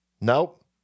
Nope